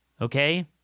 Okay